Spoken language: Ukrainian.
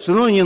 Шановні